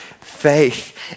faith